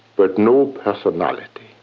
but no personality.